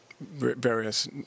various